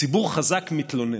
ציבור חזק מתלונן.